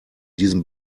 diesem